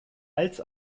als